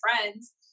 friends